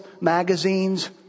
magazines